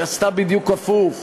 היא עשתה בדיוק הפוך: